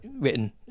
written